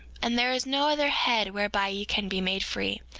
and there is no other head whereby ye can be made free.